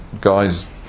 guys